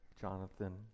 Jonathan